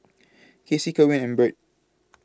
Cassie Kerwin and Birt